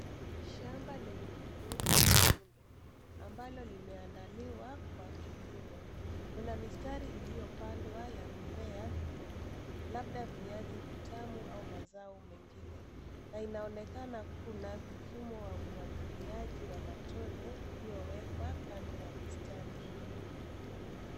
Shamba lenye udongo mwekundu, ambalo limeandaliwa kwa kilimo. Kuna mistari iliyopandwa ya mimea midogo, labda viazi vitamu au mazao mengine na inaonekana kuna mfumo wa umwagiliaji wa matone uliyowekwa kando ya mistari hiyo.